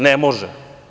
Ne može.